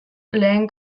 lehen